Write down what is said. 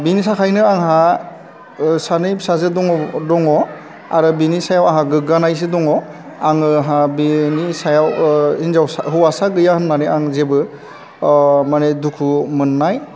बिनि थाखायनो आंहा सानै फिसाजो दङ आरो बिनि सायाव आंहा गोग्गानायसो दङ आङो हा बेयोनि सायाव हिन्जावसा हौवासा गैया होननानै आं जेबो माने दुखु मोननाय